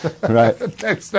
right